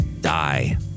die